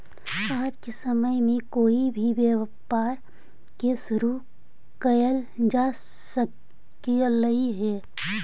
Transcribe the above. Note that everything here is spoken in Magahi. आज के समय में कोई भी व्यापार के शुरू कयल जा सकलई हे